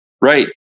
Right